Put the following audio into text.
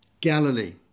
Galilee